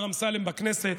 בכנסת,